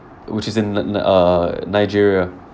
which is in ni~ ni~ uh nigeria